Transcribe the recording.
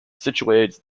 situated